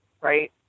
right